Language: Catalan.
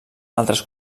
altres